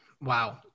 wow